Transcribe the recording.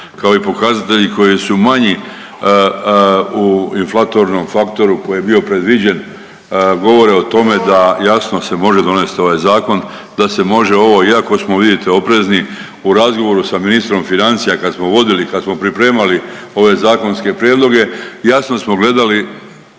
kao i pokazatelji koji su manji u inflatornom faktoru koji je bio predviđen, govore o tome da, jasno se može donesti ovaj Zakon, da se može ovo, iako smo, vidite, oprezni, u razgovoru sa ministrom financija, kad smo vodili, kad smo pripremali ove zakonske prijedloge, jasno smo gledali